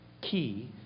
key